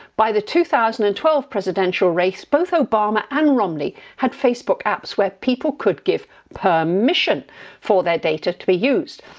by the two thousand and twelve presidential race, both obama and romney had facebook apps, where people could give permission for their data to be used.